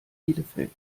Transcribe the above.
bielefeld